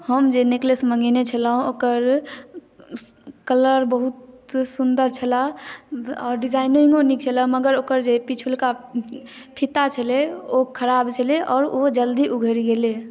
हम जे नेकलेस मंगेने छलहुँ ओकर कलर बहुत सुन्दर छलै आओर डिजाइनिंगो नीक छलै मगर ओकर जे पिछुलका फित्ता छलै ओ खराब छलै आओर ओ जल्दी उघैड़ गेलै